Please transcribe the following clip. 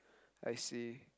I see